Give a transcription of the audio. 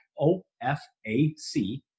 O-F-A-C